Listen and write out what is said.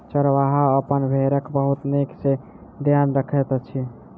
चरवाहा अपन भेड़क बहुत नीक सॅ ध्यान रखैत अछि